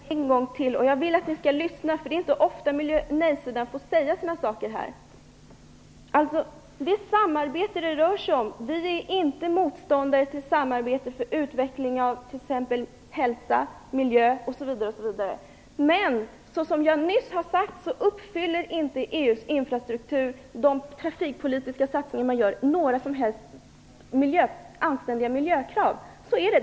Nu säger jag det här en gång till, och jag vill att ni lyssnar, för det är inte ofta som nej-sidan får framföra sina åsikter här! Vi är inte motståndare till samarbete t.ex. för utveckling av hälsa, miljö, osv. Men som jag nyss har sagt uppfyller EU:s trafikpolitiska satsningar inte några som helst anständiga miljökrav. Så är det.